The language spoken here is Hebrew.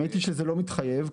האמת שזה לא מתחייב,